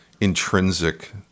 intrinsic